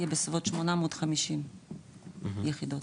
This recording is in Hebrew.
יהיה בסביבות 850 יחידות.